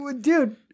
dude